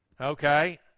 Okay